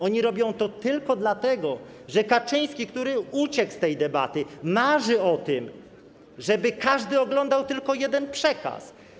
Oni robią to tylko dlatego, że Kaczyński, który uciekł z tej debaty, marzy o tym, żeby każdy oglądał tylko jeden przekaz.